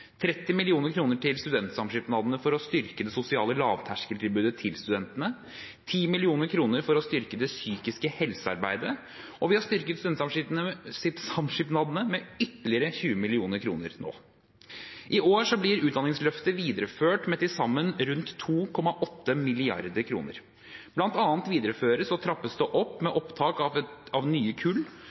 30 mill. kr til studentsamskipnadene for å styrke det sosiale lavterskeltilbudet til studentene og 10 mill. kr for å styrke det psykiske helsearbeidet. Vi har også styrket studentsamskipnadene med ytterligere 20 mill. kr nå. I år blir Utdanningsløftet videreført med til sammen rundt 2,8 mrd. kr. Blant annet videreføres og trappes det opp med opptak av nye kull – 4 000 nye